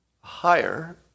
higher